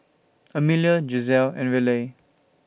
Amelia Giselle and Raleigh